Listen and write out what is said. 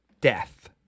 death